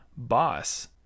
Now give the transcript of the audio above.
boss